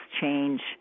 change